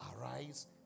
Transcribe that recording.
Arise